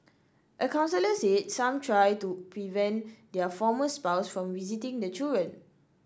a counsellor said some try to prevent their former spouse from visiting the children